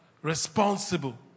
responsible